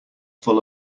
full